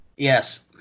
Yes